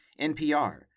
NPR